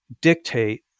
dictate